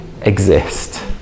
exist